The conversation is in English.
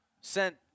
sent